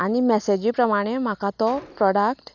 आनी मॅसिजी प्रमाणे म्हाका तो प्रोडक्ट